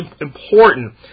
important